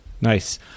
Nice